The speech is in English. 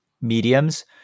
mediums